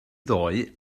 ddoe